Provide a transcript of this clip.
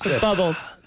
bubbles